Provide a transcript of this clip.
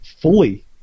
fully